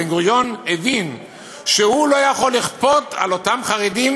בן-גוריון הבין שהוא לא יכול לכפות על אותם חרדים